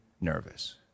nervous